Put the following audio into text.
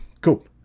Cool